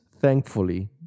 thankfully